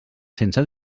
sense